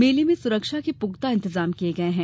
मेले में सुरक्षा के पुख्ता इंतजाम किये गये हैं